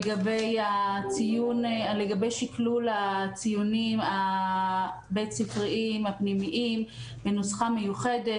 לגבי שיקלול הציונים הבית-ספרי עם נוסחה מיוחדת